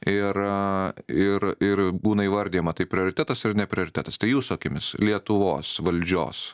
ir ir ir būna įvardijama tai prioritetas ar ne prioritetas tai jūsų akimis lietuvos valdžios